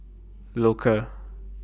Loacker